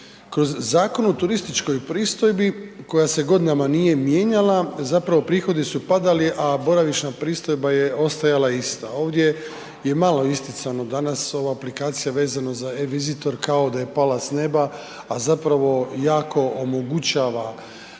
Kroz Zakon o turističkoj pristojbi koja se godinama nije mijenjala, zapravo prihodi su padali, a boravišna pristojba je ostajala ista. Ovdje je malo isticano danas, ova aplikacija vezano za e-vizitor kao da je pala s neba, a zapravo jako omogućava